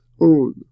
own